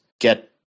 get